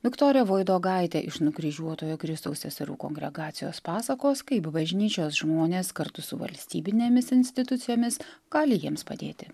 viktorija voidogaitė iš nukryžiuotojo kristaus seserų kongregacijos pasakos kaip bažnyčios žmonės kartu su valstybinėmis institucijomis gali jiems padėti